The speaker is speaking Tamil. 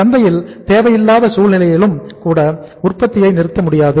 சந்தையில் தேவையில்லாத சூழ்நிலையிலும் கூட உற்பத்தியை நிறுத்த முடியாது